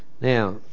Now